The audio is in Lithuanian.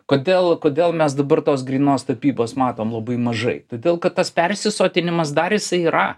kodėl kodėl mes dabar tos grynos tapybos matom labai mažai todėl kad tas persisotinimas dar jisai yra